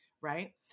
right